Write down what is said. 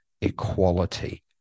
equality